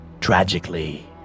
Tragically